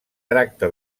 tracta